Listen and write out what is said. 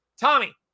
Tommy